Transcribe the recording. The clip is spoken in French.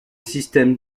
système